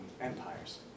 empires